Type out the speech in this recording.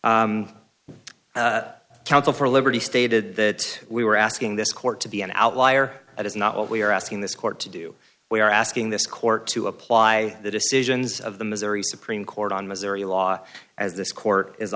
law counsel for liberty stated that we were asking this court to be an outlier it is not what we are asking this court to do we are asking this court to apply the decisions of the missouri supreme court on missouri law as this court is